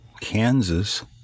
Kansas